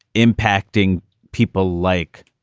impacting people like,